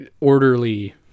orderly